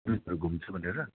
उयोहरू केही छ घुम्छु भनेर